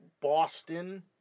Boston